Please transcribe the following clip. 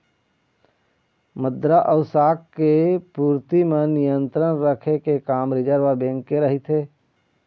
मद्रा अउ शाख के पूरति म नियंत्रन रखे के काम रिर्जव बेंक के रहिथे